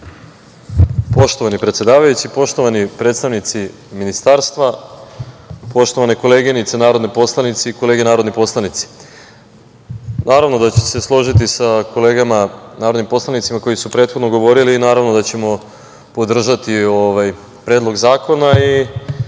Poštovani predsedavajući, poštovani predstavnici ministarstva, poštovane koleginice narodne poslanice i kolege narodni poslanici, naravno da ću se složiti sa kolegama narodnim poslanicima koji su prethodno govorili i naravno da ćemo podržati ovaj predlog zakona. Slažem